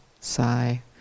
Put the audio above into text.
sigh